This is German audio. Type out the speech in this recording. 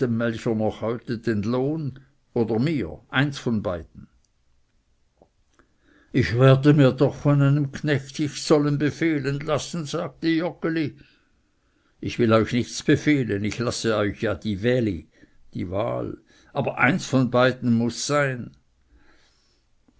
noch heute den lohn oder mir eins von beiden ich werde mir doch von einem knecht nicht sollen befehlen lassen sagte joggeli ich will euch nichts befehlen ich lasse euch ja dwehli aber eins von beiden muß sein